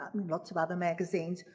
lots of other magazines.